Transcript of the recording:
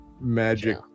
magic